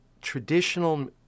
traditional